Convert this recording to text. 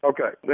Okay